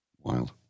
Wild